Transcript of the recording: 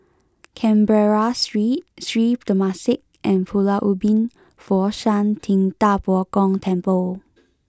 Canberra Street Sri Temasek and Pulau Ubin Fo Shan Ting Da Bo Gong Temple